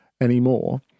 anymore